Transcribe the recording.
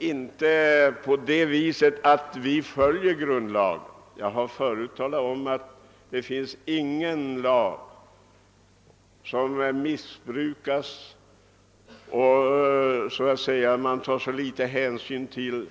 Men det förhåller sig inte så att vi följer grundlagen. Jag har förut talat om att det inte finns någon lag som det tas så liten hänsyn till